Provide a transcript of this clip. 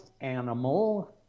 animal